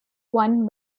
won